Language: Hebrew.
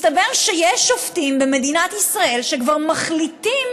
מסתבר שיש שופטים במדינת ישראל שכבר מחליטים